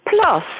plus